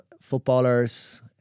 footballers